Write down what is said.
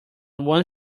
one